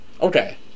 Okay